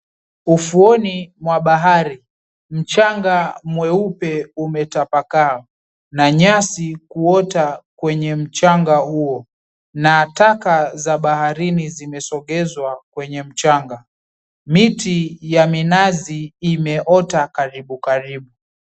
Ufuoni mwa bahari. Mchanga mweupe umetapakaa na nyasi kuota kwenye mchanga huo na taka za baharini zimesogezwa kwenye mchanga. Miti ya minazi imeota karibu karibu.